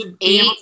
eight